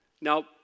Now